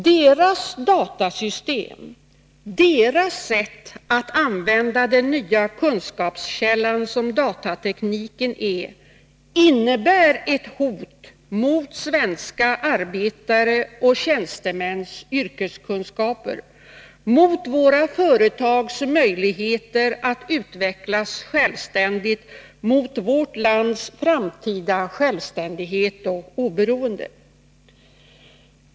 Deras datasystem, deras sätt att använda den nya kunskapskälla som datatekniken är, innebär ett hot mot svenska arbetares och tjänstemäns yrkeskunskaper, mot våra företags möjligheter att utvecklas självständigt, mot vårt lands framtida självständighet och oberoende.